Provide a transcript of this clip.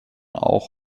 auch